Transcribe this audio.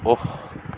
off